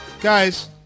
Guys